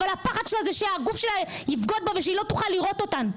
אבל הפחד שלה זה שהגוף שלה יבגוד בה ושהיא לא תוכל לראות אותן.